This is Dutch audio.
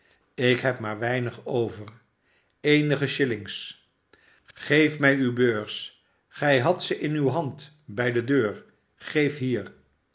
ik heb maar weinig over eenige shillings geef mij uwe beurs gij hadt ze in uwe hand bij de deur geef hier